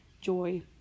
joy